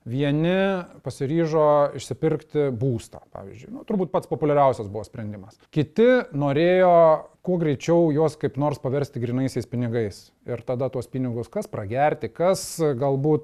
vieni pasiryžo išsipirkti būstą pavyzdžiui nu turbūt pats populiariausias buvo sprendimas kiti norėjo kuo greičiau juos kaip nors paversti grynaisiais pinigais ir tada tuos pinigus kas pragerti kas galbūt